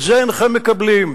את זה אינכם מקבלים,